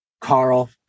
Carl